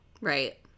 right